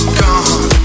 gone